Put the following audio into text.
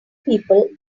people